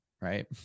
Right